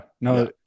no